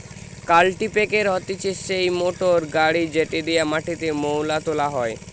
কাল্টিপ্যাকের হতিছে সেই মোটর গাড়ি যেটি দিয়া মাটিতে মোয়লা তোলা হয়